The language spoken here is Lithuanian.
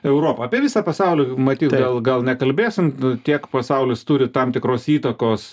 europą apie visą pasaulį matyt gal gal nekalbėsim tiek pasaulis turi tam tikros įtakos